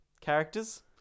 characters